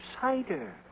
Cider